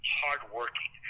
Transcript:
hardworking